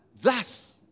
Thus